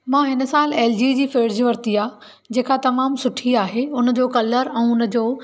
मा हिन साल एल जी जी फ्रिज वरती आहे जेका तमामु सुठी आहे उनजो कलर ऐं उनजो